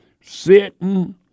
sitting